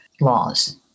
laws